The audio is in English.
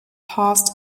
passed